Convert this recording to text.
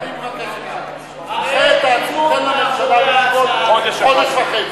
אני מבקש ממך, תן לממשלה לשקול חודש וחצי.